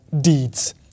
deeds